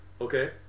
Okay